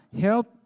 help